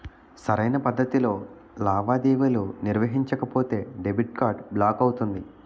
సరైన పద్ధతిలో లావాదేవీలు నిర్వహించకపోతే డెబిట్ కార్డ్ బ్లాక్ అవుతుంది